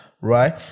right